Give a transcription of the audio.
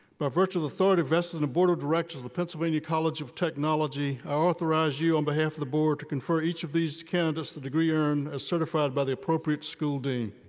by virtue of the authority vested in the board of directors of the pennsylvania college of technology, i authorize you on behalf of the board to confer each of these candidates the degree earned, as certified by the appropriate school dean.